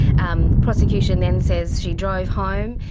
um prosecution then says she drove home,